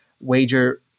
wager